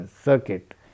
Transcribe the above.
circuit